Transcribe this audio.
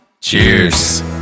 cheers